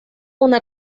una